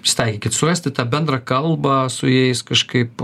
pritaikykit surasti tą bendrą kalbą su jais kažkaip